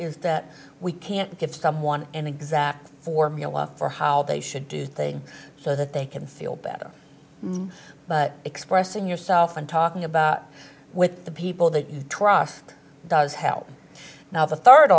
is that we can't give someone an exact formula for how they should do thing so that they can feel better but expressing yourself and talking about with the people that you trust does help now the third